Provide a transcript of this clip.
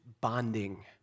bonding